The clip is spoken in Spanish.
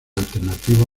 alternativa